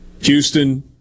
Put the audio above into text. Houston